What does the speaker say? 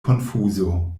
konfuzo